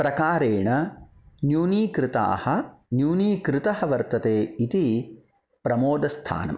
प्रकारेण न्यूनीकृताः न्यूनीकृतः वर्तते इति प्रमोदस्थानम्